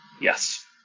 Yes